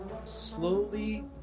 slowly